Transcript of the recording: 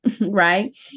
right